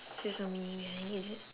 in terms of meaning don't have is it